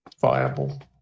viable